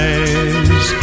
Eyes